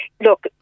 look